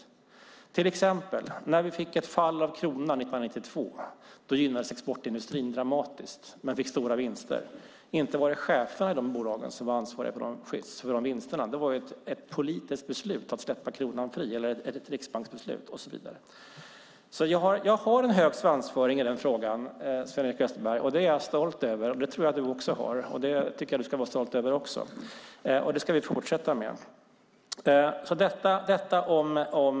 Låt mig ta ett exempel. När kronan föll 1992 gynnades exportindustrin dramatiskt. Man fick stora vinster, men inte var det cheferna i bolagen som var ansvariga för de vinsterna. Det var ett riksbanksbeslut om att släppa kronan fri som det berodde på. Jag har en hög svansföring i den här frågan, och det är jag stolt över. Det tror jag att du också har, och det ska du också vara stolt över. Vi ska fortsätta med det.